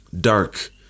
Dark